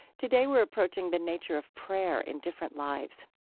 today, we're approaching the nature of prayer in different lives.